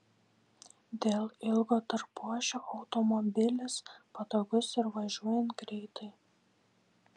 dėl ilgo tarpuašio automobilis patogus ir važiuojant greitai